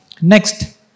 next